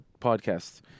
podcasts